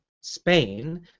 Spain